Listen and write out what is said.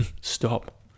stop